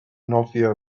nofio